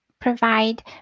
provide